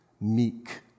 meek